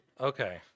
Okay